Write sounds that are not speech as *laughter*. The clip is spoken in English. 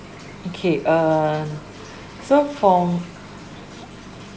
okay uh so from *noise*